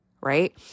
right